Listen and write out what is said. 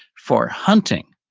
for hunting,